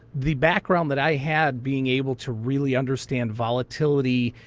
the background that i had being able to really understand volatility,